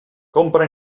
compra